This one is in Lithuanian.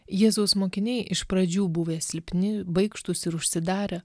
jėzaus mokiniai iš pradžių buvę silpni baikštūs ir užsidarę